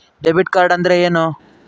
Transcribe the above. Debit ಕಾರ್ಡ್ಅಂದರೇನು?